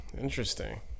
interesting